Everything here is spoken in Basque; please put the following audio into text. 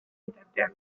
bitartean